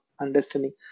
understanding